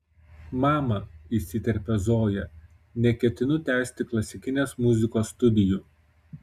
mama įsiterpia zoja neketinu tęsti klasikinės muzikos studijų